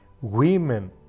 Women